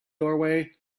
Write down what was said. doorway